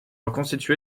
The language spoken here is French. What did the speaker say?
reconstitué